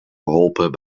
geholpen